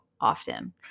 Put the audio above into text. often